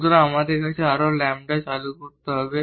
সুতরাং আমাদের আরও ল্যাম্বডা চালু করতে হবে